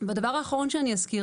הדבר האחרון שאני אזכיר,